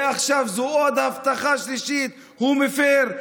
ועכשיו זו עוד הבטחה שלישית שהוא מפר.